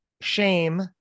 Shame